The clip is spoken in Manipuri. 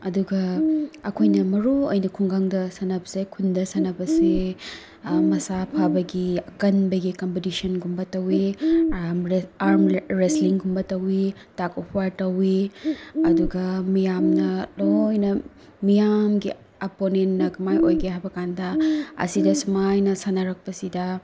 ꯑꯗꯨꯒ ꯑꯩꯈꯣꯏꯅ ꯃꯔꯨ ꯑꯣꯏꯅ ꯈꯨꯡꯒꯪꯗ ꯁꯥꯟꯅꯕꯁꯦ ꯈꯨꯟꯗ ꯁꯥꯟꯅꯕꯁꯦ ꯃꯁꯥ ꯐꯕꯒꯤ ꯑꯀꯟꯕꯒꯤ ꯀꯝꯄꯤꯇꯤꯁꯟꯒꯨꯝꯕ ꯇꯧꯋꯤ ꯑꯥꯔꯝ ꯑꯥꯔꯝ ꯔꯦꯁꯂꯤꯡꯒꯨꯝꯕ ꯇꯧꯋꯤ ꯇꯛ ꯑꯣꯐ ꯋꯥꯔ ꯇꯧꯋꯤ ꯑꯗꯨꯒ ꯃꯤꯌꯥꯝꯅ ꯂꯣꯏꯅ ꯃꯤꯌꯥꯝꯒꯤ ꯑꯣꯄꯤꯅꯤꯌꯟꯅ ꯀꯃꯥꯏ ꯑꯣꯏꯒꯦ ꯍꯥꯏꯕ ꯀꯥꯟꯗ ꯑꯁꯤꯗ ꯑꯁꯨꯃꯥꯏꯅ ꯁꯥꯟꯅꯔꯛꯄꯁꯤꯗ